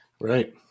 Right